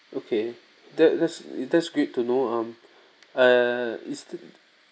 okay that that's that's good to know um err is